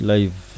Live